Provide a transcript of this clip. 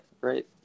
great